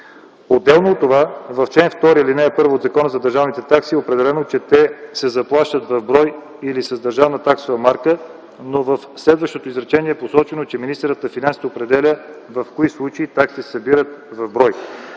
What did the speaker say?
Отделно от това в чл. 2, ал. 1 от Закона за държавните такси е определено, че те се заплащат в брой или с държавна таксова марка, но в следващото изречение е посочено, че министърът на финансите определя в кои случаи таксите се събират в брой.